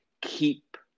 keep